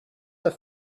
have